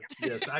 Yes